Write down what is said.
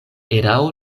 erao